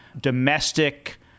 domestic